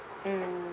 mm